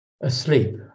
asleep